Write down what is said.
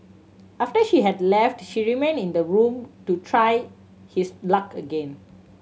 after she had left he remained in the room to try his luck again